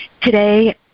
Today